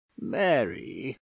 Mary